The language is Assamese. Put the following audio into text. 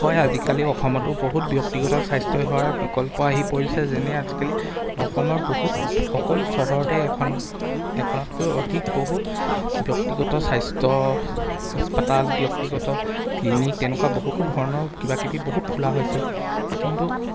হয় আজিকালি অসমতো বহুত ব্যক্তিগত স্বাস্থ্যসেৱাৰ বিকল্প আহি পৰিছে যেনে আজিকালি অসমৰ বহুত সকলো চহৰতে এখন এখনতকৈ অধিক বহুত ব্যক্তিগত স্বাস্থ্য হাস্পাতাল ব্যক্তিগত ক্লিনিক তেনেকুৱা বহুতো ধৰণৰ কিবাকিবি বহুত খোলা হৈছে কিন্তু